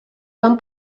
van